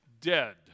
dead